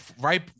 right